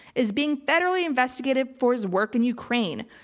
is being federally investigated for his work in ukraine.